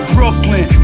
Brooklyn